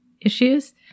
issues